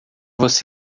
você